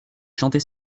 chantez